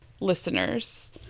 listeners